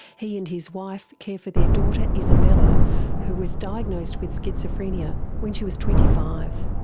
he and his wife care for their daughter isabella who was diagnosed with schizophrenia when she was twenty five.